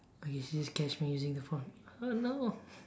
okay she just catch me using the phone oh no